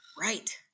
right